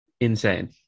Insane